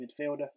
midfielder